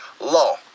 law